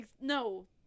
No